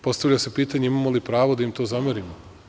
Postavlja se pitanje - imamo li pravo da im to zamerimo?